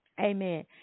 Amen